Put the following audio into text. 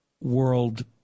world